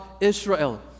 Israel